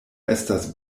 estas